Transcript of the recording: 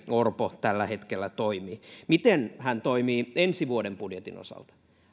orpo tällä hetkellä toimii miten hän toimii ensi vuoden budjetin osalta